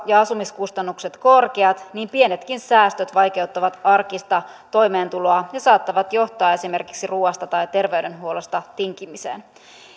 ja asumiskustannukset korkeat niin pienetkin säästöt vaikeuttavat arkista toimeentuloa ja saattavat johtaa esimerkiksi ruoasta tai terveydenhuollosta tinkimiseen